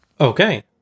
Okay